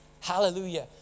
Hallelujah